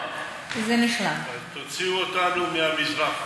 תוציאו אותנו מהמזרח.